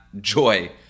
joy